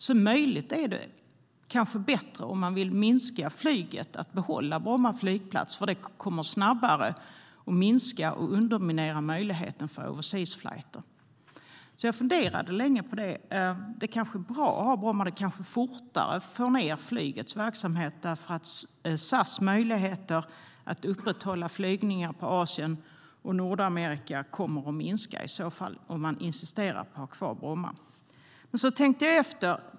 Om man vill minska flyget är det kanske bättre att behålla Bromma flygplats. Det kommer snabbare att minska och underminera möjligheten för overseas flighter. Jag funderade länge på om det kanske är bra att ha kvar Bromma. Det kan snabbare få ned flygets verksamhet. SAS möjligheter att upprätthålla flygningarna på Asien och Nordamerika kommer i så fall att minska, om man insisterar på att kvar Bromma. Men så tänkte jag efter.